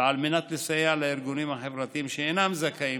על מנת לסייע לארגונים החברתיים שאינם זכאים